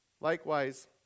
Likewise